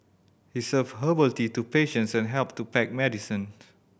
he served herbal tea to patients and helped to pack medicine